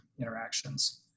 interactions